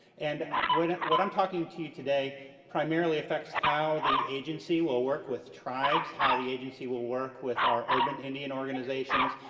and what what i'm talking to you today primarily affects how the agency will work with tribes how the agency will work with our urban indian organizations,